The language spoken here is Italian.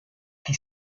che